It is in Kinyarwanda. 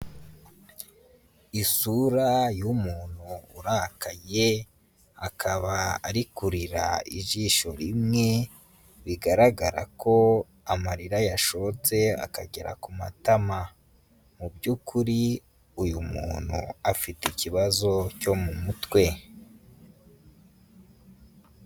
Isura y'umuntu urakaye, akaba ari kurira ijisho rimwe, bigaragara ko amarira yashotse akagera ku matama. Mu by'ukuri, uyu muntu afite ikibazo cyo mu mutwe.